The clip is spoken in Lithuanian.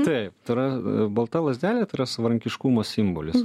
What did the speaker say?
taip tai yra balta lazdelė tai yra savarankiškumo simbolis